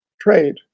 trade